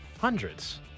Hundreds